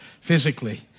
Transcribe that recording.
physically